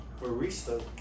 barista